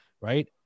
right